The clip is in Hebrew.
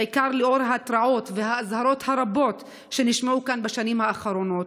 בעיקר לנוכח ההתרעות והאזהרות הרבות שנשמעו כאן בשנים האחרונות.